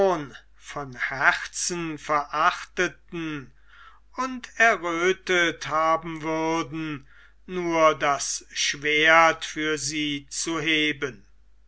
von herzen verachteten und erröthet haben würden nur das schwert für sie zu heben